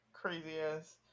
crazy-ass